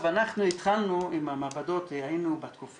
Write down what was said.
בתוך